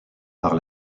par